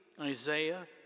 Isaiah